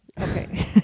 Okay